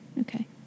Okay